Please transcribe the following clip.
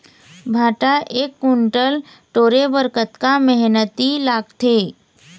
भांटा एक कुन्टल टोरे बर कतका मेहनती लागथे?